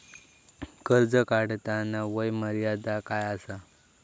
कर्ज काढताना वय मर्यादा काय आसा?